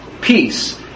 peace